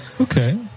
Okay